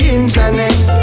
internet